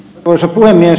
arvoisa puhemies